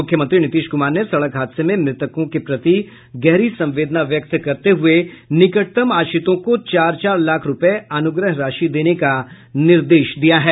मुख्यमंत्री नीतीश कुमार ने सड़क हादसे में मृतकों के गहरी संवेदना व्यक्त करते हुये निकटतम आश्रितों को चार चार लाख रूपये अनुग्रह राशि देने का निर्देश दिया है